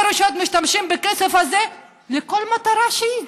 רשויות משתמשים בכסף הזה לכל מטרה שהיא.